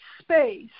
space